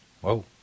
Whoa